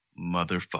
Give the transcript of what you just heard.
motherfucker